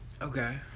Okay